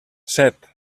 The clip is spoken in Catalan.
set